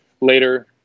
later